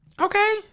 Okay